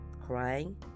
crying